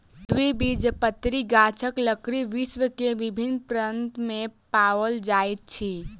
द्विबीजपत्री गाछक लकड़ी विश्व के विभिन्न प्रान्त में पाओल जाइत अछि